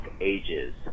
ages